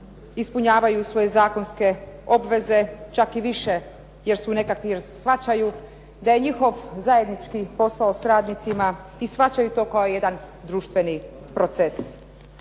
ispunjavaju svoje zakonske obveze čak i više jer shvaćaju da je njihov zajednički posao s radnicima i shvaćaju to kao jedan društveni proces.